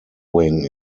wing